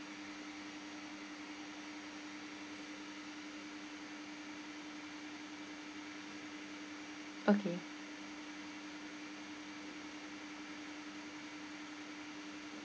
okay